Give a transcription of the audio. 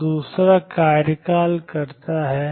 तो दूसरा कार्यकाल करता है